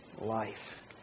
life